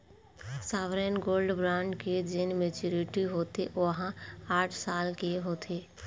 sovereign gold bond के जेन maturity होथे ओहा आठ साल के होथे